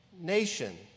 nation